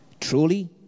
truly